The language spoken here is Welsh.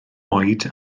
oed